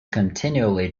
continually